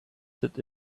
sit